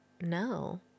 No